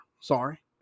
Sorry